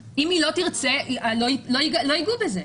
אם היא לא תרצה, לא יגעו בזה.